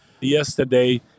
yesterday